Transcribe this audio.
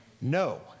No